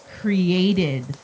created